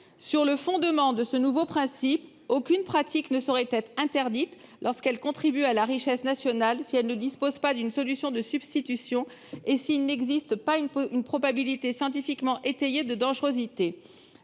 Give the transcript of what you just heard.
Sur le fondement de ce nouveau principe, aucune pratique ne saurait être interdite, lorsqu'elle contribue à la richesse nationale, si elle ne dispose pas d'une solution de substitution et s'il n'existe pas une probabilité scientifiquement étayée de dangerosité.